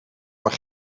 maar